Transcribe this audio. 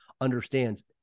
understands